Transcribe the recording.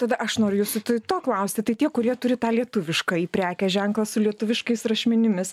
tada aš noriu jūsų to klausti tai tie kurie turi tą lietuviškąjį prekės ženklą su lietuviškais rašmenimis